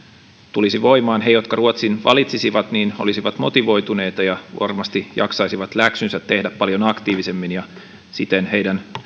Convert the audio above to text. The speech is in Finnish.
tulisi voimaan he jotka ruotsin valitsisivat olisivat motivoituneita ja varmasti jaksaisivat läksynsä tehdä paljon aktiivisemmin ja siten heidän